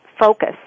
focus